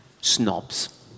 snobs